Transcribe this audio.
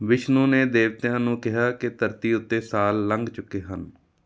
ਵਿਸ਼ਨੂੰ ਨੇ ਦੇਵਤਿਆਂ ਨੂੰ ਕਿਹਾ ਕਿ ਧਰਤੀ ਉੱਤੇ ਸਾਲ ਲੰਘ ਚੁੱਕੇ ਹਨ